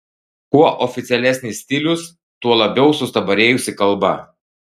kuo oficialesnis stilius tuo labiau sustabarėjusi kalba